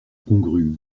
congrue